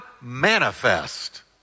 manifest